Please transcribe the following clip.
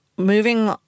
moving